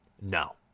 No